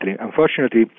Unfortunately